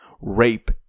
Rape